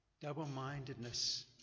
double-mindedness